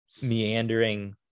meandering